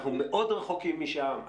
אנחנו מאוד רחוקים משם.